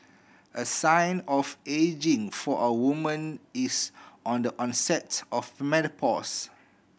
a sign of ageing for a woman is on the onset of menopause